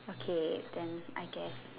okay then I guess